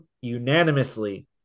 unanimously